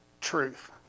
truth